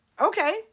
Okay